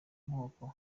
moko